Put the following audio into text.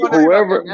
Whoever